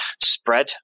spread